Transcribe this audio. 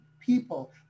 people